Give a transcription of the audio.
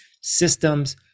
systems